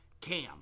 Cam